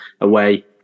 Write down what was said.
away